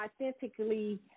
authentically